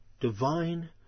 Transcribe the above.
divine